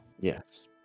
Yes